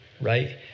right